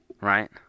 Right